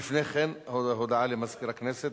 לפני כן, הודעה למזכיר הכנסת.